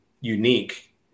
unique